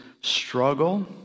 struggle